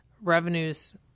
revenues